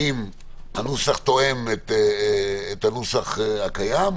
האם הנוסח תואם את הנוסח הקיים,